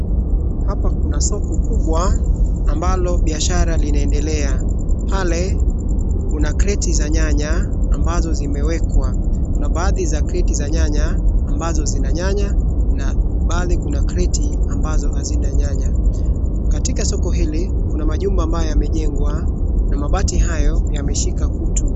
Hapa kuna soko kubwa ambalo biashara linaendelea. Pale kuna kreti za nyanya ambazo zimewekwa. Kuna badhi za kreti za nyanya amabazo zina nyanya na baadhi kuna kreti ambazo hazina nyanya. katika soko hili majumba ambayo yamejengwa na mabati hayo yameshika kutu.